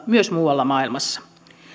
myös muualla maailmassa